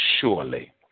surely